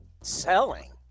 Selling